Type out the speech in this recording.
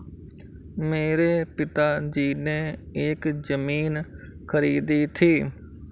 मेरे पिताजी ने एक जमीन खरीदी थी